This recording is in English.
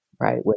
right